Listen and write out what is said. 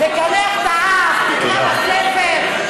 תקנח את האף, תקרא בספר.